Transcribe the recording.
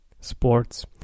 sports